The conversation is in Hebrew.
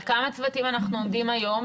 על כמה צוותים אנחנו עומדים היום,